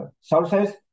sources